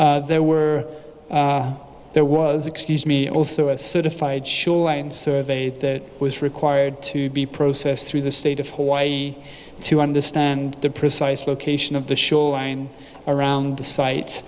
a there were there was excuse me also a certified shoreline survey that was required to be processed through the state of hawaii to understand the precise location of the shoreline around the